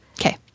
Okay